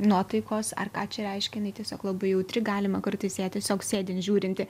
nuotaikos ar ką čia reiškia jinai tiesiog labai jautri galima kartais ją tiesiog sėdint žiūrinti